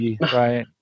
Right